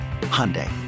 Hyundai